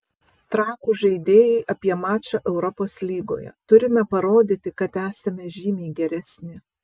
trakų žaidėjai apie mačą europos lygoje turime parodyti kad esame žymiai geresni